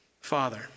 Father